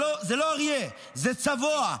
זה לא אריה, זה צבוע.